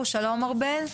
בבקשה, ארבל,